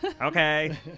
Okay